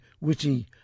witty